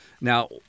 Now